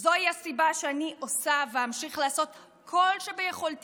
זוהי הסיבה שאני עושה ואמשיך לעשות כל שביכולתי